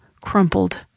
crumpled